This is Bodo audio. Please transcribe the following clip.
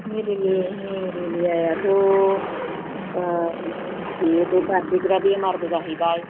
मेलेरिया याथ' बारदेरग्रा बेमारबो जाहैबाय